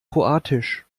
kroatisch